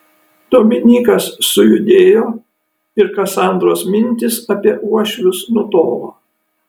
dominykas sujudėjo ir kasandros mintys apie uošvius nutolo